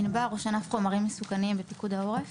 ענבר, ראש ענף חומרים מסוכנים בפיקוד העורף.